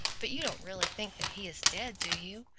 but you don't really think that he is dead, do you?